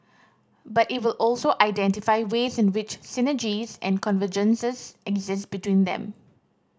but it will also identify ways in which synergies and convergences exist between them